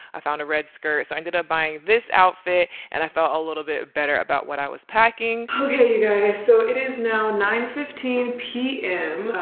i found a red skirt so i ended up buying this outfit, and i felt a little bit better about what i was packing. okay guys, so it is now nine fifteen p m.